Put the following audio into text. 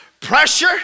Pressure